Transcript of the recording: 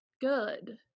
good